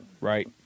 right